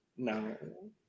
No